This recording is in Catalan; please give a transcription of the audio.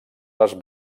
les